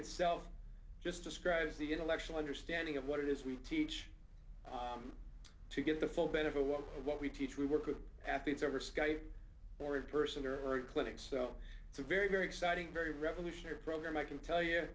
itself just describes the intellectual understanding of what it is we teach to get the full benefit while what we teach we work with athletes over skype or in person or clinics so it's a very very exciting very revolutionary program i can tell you